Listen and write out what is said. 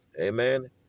Amen